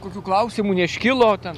kokių klausimų neiškilo ten